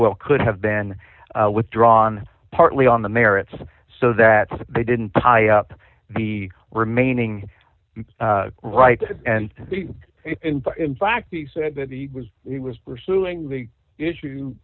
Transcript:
well could have been withdrawn partly on the merits so that they didn't tie up the remaining right and in fact he said that he was he was pursuing the issue